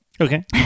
Okay